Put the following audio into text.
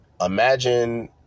Imagine